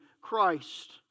Christ